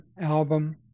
album